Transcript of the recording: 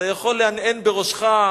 אתה יכול להנהן בראשך,